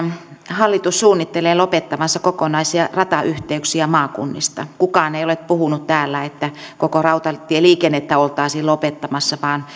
hallitus suunnittelee lopettavansa kokonaisia ratayhteyksiä maakunnista kukaan ei ole puhunut täällä että koko rautatieliikennettä oltaisiin lopettamassa vaan